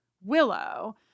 Willow